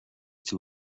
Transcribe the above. توی